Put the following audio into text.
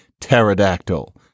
pterodactyl